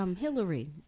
Hillary